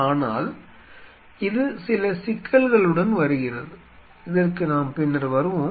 ஆனால் இது சில சிக்கல்களுடன் வருகிறது இதற்கு நாம் பின்னர் வருவோம்